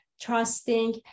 trusting